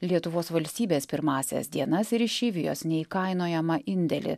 lietuvos valstybės pirmąsias dienas ir išeivijos neįkainojamą indėlį